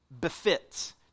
befits